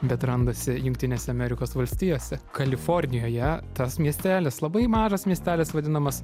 bet randasi jungtinėse amerikos valstijose kalifornijoje tas miestelis labai mažas miestelis vadinamas